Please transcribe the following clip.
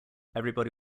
everybody